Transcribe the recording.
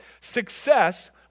Success